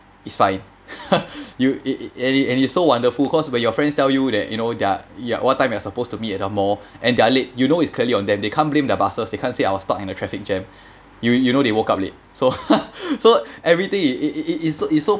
it's fine you it it and it and it's so wonderful cause when your friends tell you that you know their what time you're supposed to meet at the mall and they are late you know it's clearly on them they can't blame their buses they can't say I was stuck in a traffic jam you you know they woke up late so so everything it it it it it so it so